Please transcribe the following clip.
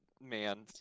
man